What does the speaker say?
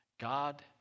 God